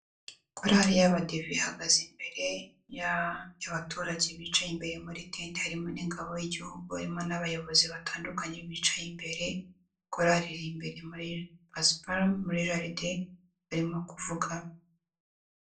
korali y'abadive ihagaze imbere y'abaturage bicaye imbere muri tente harimo n'ingabo y'igihugu, harimo n'abayobozi batandukanye bicaye imbere, koraririmbi iri imbere muri pasiparumu muri jaride barimo kuvuga.